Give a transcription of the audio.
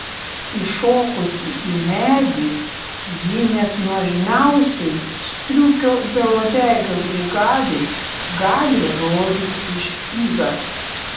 įšokusi į medį ji net nuožmiausiai striukio beuodegio brigadai gali rodyti špygą